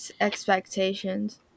expectations